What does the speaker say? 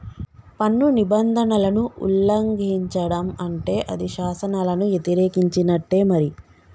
పన్ను నిబంధనలను ఉల్లంఘిచడం అంటే అది శాసనాలను యతిరేకించినట్టే మరి